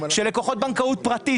שלקוחות בנקאות פרטית,